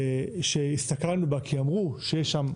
שהסתכלנו בה כי אמרנו,